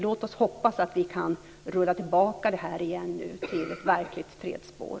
Låt oss hoppas att vi kan rulla tillbaka det här igen till ett verkligt fredsspår.